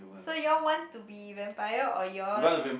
so you all want to be vampire or you all